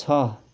छ